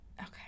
Okay